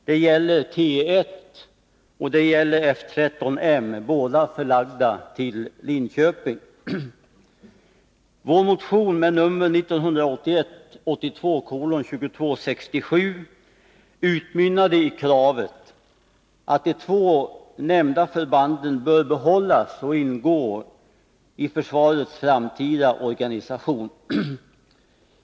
Det gäller T 1 och F 13 M, båda förlagda till Linköping. Vår motion med nummer 1981/82:2267 utmynnade i kravet att de två nämnda förbanden skall behållas och ingå i försvarets framtida organisation.